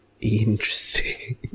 Interesting